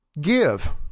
give